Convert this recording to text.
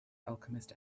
alchemist